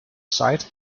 site